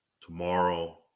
tomorrow